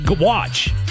watch